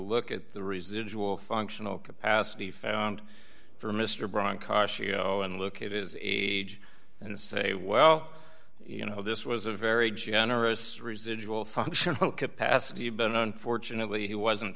look at the residual functional capacity found for mr brancaccio and look at his age and say well you know this was a very generous residual functional capacity been unfortunately he wasn't